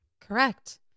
Correct